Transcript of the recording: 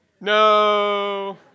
No